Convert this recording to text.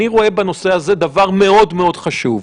אני רואה בנושא הזה דבר מאוד מאוד חשוב.